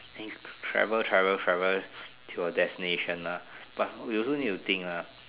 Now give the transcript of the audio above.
then travel travel travel to your destination ah but you also need to think lah